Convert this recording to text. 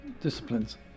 disciplines